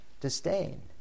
disdain